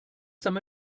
some